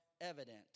evident